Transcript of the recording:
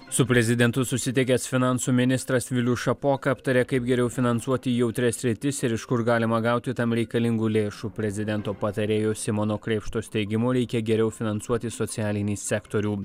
su prezidentu susitikęs finansų ministras vilius šapoka aptarė kaip geriau finansuoti jautrias sritis ir iš kur galima gauti tam reikalingų lėšų prezidento patarėjo simono krėpštos teigimu reikia geriau finansuoti socialinį sektorių